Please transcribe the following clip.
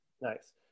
Nice